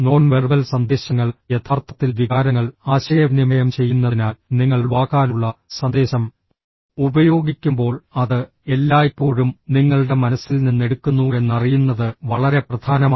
non verbal സന്ദേശങ്ങൾ യഥാർത്ഥത്തിൽ വികാരങ്ങൾ ആശയവിനിമയം ചെയ്യുന്നതിനാൽ നിങ്ങൾ വാക്കാലുള്ള സന്ദേശം ഉപയോഗിക്കുമ്പോൾ അത് എല്ലായ്പ്പോഴും നിങ്ങളുടെ മനസ്സിൽ നിന്ന് എടുക്കുന്നുവെന്ന് അറിയുന്നത് വളരെ പ്രധാനമാണ്